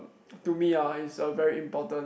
to me uh is a very important